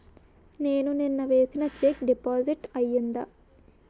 నేను నిన్న వేసిన చెక్ డిపాజిట్ అయిందా?